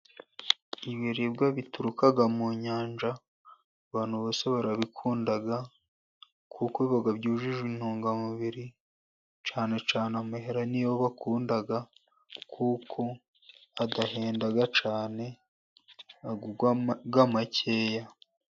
Ibiribwa bituruka mu nyanja, abantu bose barabikunda, kuko byujuje intungamubiri. Cyane cyane amahera ni yo bakunda kuko adahenda cyane agura makeya.